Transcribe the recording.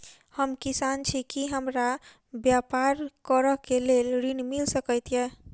हम किसान छी की हमरा ब्यपार करऽ केँ लेल ऋण मिल सकैत ये?